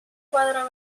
koadro